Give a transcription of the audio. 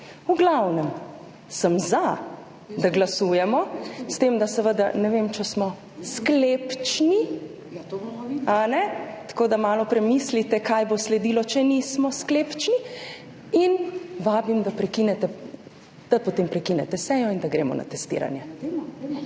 V glavnem, sem za, da glasujemo, s tem da seveda ne vem, ali smo sklepčni. Kajne? Tako da malo premislite, kaj bo sledilo, če nismo sklepčni. Vabim, da potem prekinete sejo in gremo na testiranje.